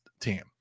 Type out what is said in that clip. team